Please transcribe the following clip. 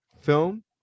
film